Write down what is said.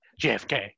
JFK